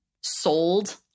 sold